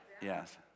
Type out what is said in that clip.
Yes